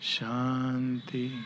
Shanti